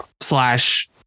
slash